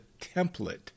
template